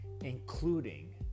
including